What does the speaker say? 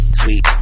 sweet